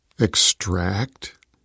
extract